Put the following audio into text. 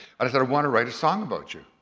i said, i wanna write a song about you,